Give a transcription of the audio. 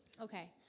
Okay